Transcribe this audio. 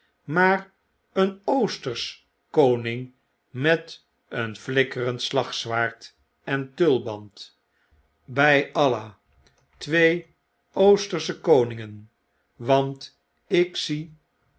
maar een oostersch koning met een flikkerend slagzwaard en tulbnd by allah twee oostersche koningen want ik zie